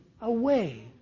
away